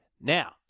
Now